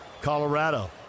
Colorado